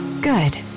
Good